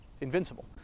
invincible